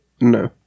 No